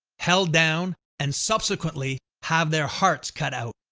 held down and subsequently have their hearts cut out.